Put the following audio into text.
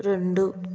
రెండు